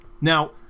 Now